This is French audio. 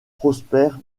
prosper